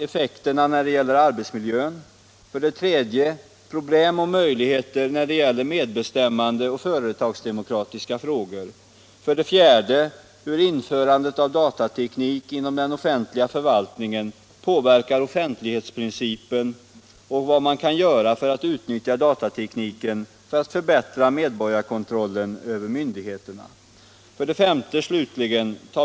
Effekterna när det gäller arbetsmiljön. 3. Problem och möjligheter när det gäller medbestämmande och företagsdemokratiska frågor. 4. Hur införandet av datatekniken inom den offentliga förvaltningen påverkar offentlighetsprincipen och vad man kan göra för att utnyttja datateknik för att förbättra medborgarkontrollen över myndigheterna. 5.